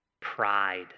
pride